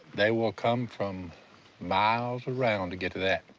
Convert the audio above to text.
they will come from miles around to get to that.